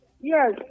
Yes